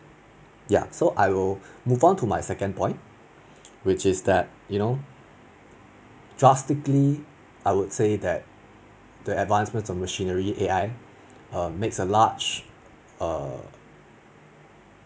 ya so I will move on to my second point which is that you know drastically I would say that the advancement of machinery A_I um makes large err